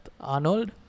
arnold